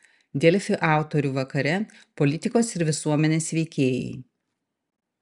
delfi autorių vakare politikos ir visuomenės veikėjai